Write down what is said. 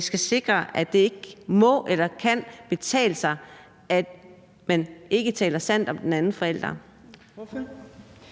skal sikre, at det ikke må kunne betale sig, at man ikke taler sandt om den anden forælder.